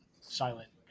silent